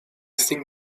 think